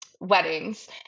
weddings